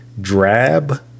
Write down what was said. drab